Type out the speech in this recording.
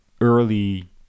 early